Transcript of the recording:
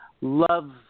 love